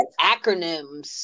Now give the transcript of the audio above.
acronyms